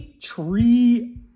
Tree